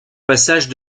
passage